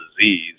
disease